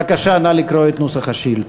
בבקשה, נא לקרוא את נוסח השאילתה.